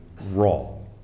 wrong